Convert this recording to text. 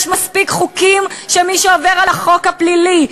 יש מספיק חוקים למי שעובר על החוק הפלילי.